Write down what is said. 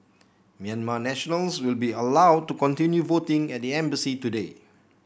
Myanmar nationals will be allowed to continue voting at the embassy today